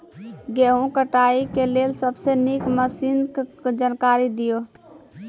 गेहूँ कटाई के लेल सबसे नीक मसीनऽक जानकारी दियो?